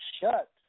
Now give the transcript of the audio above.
shut